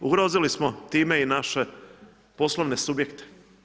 Ugrozili smo time i naše poslovne subjekte.